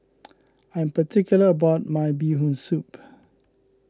I am particular about my Bee Hoon Soup